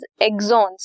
exons